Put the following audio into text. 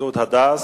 גדוד הדס,